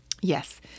Yes